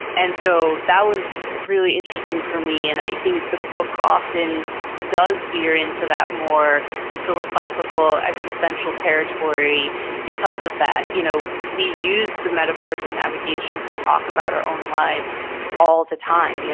and so that was really interesting for me. and i think the book often does veer into that more philosophical, existential territory because of that. you know we use the metaphors of navigation to talk about our own lives all the time. you know